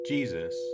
Jesus